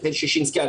היטל ששינסקי א',